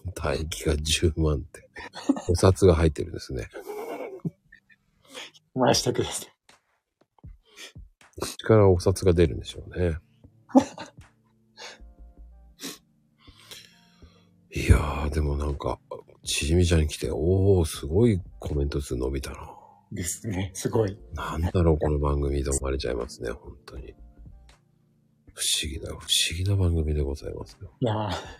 唾液が10万って。お札が入ってるんですね。 回したくなる。口からお札が出るんでしょうね。 いやー、でもなんか、しじみちゃんに来て、おー、すごいコメント数伸びたな。ですね。すごい。なんだろう、この番組と思われちゃいますね、本当に。不思議な、不思議な番組でございますよ。いやー。